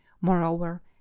moreover